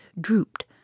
drooped